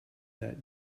that